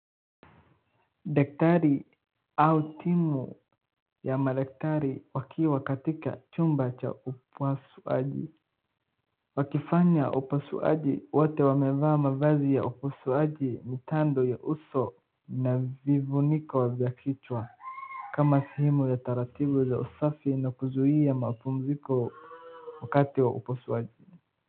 Daktari au timu ya madaktari wakiwa katika chumba cha upasuaji wakifanya upasuaji. Wote wamevaa mavazi ya upasuaji, mitandao ya uso na vifuniko vya kichwa kama sehemu ya taratibu za usafi na kuzuia mapumziko wakati wa upasuaji.